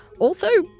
also,